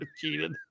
cheated